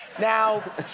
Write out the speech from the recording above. Now